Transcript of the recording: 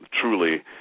truly